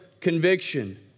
conviction